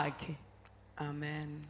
Amen